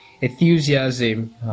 enthusiasm